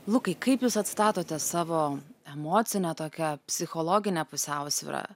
lukai kaip jūs atstatote savo emocinę tokią psichologinę pusiausvyrą